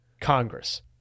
Congress